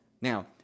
Now